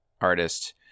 artist